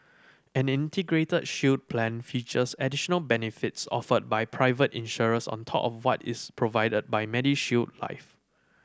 an Integrated Shield Plan features additional benefits offered by private insurers on top of what is provided by MediShield Life